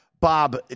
Bob